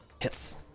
hits